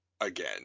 again